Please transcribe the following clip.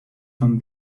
son